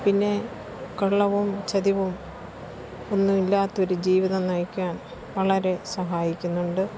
പിന്നെ കള്ളവും ചതിവും ഒന്നുമില്ലാത്തൊരു ജീവിതം നയിക്കാൻ വളരെ സഹായിക്കുന്നുണ്ട്